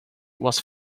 was